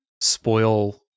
spoil